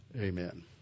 Amen